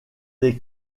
des